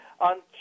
on